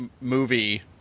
movie